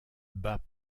bas